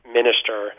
minister